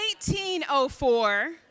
1804